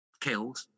killed